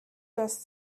das